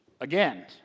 again